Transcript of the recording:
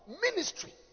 ministry